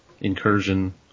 incursion